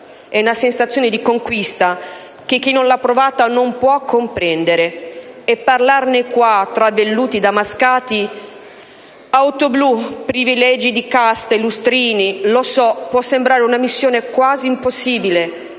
È una sensazione di conquista che chi non l'ha provata non può comprendere e parlarne qua, tra velluti damascati, auto blu, privilegi di casta e lustrini, lo so, può sembrare una missione quasi impossibile,